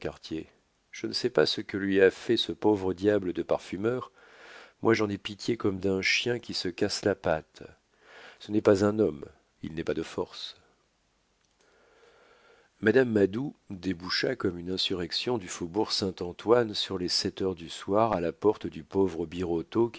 je ne sais pas ce que lui a fait ce pauvre diable de parfumeur moi j'en ai pitié comme d'un chien qui se casse la patte ce n'est pas un homme il n'est pas de force madame madou déboucha comme une insurrection du faubourg saint-antoine sur les sept heures du soir à la porte du pauvre